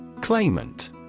Claimant